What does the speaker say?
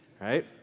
right